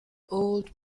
old